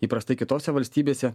įprastai kitose valstybėse